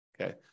okay